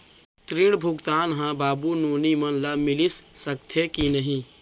ऋण भुगतान ह बाबू नोनी मन ला मिलिस सकथे की नहीं?